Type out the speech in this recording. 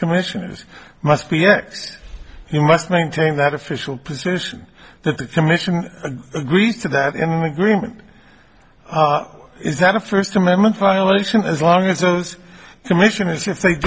commissioners must be x you must maintain that official position that the commission agreed to that in the agreement it's not a first amendment violation as long as those commission if they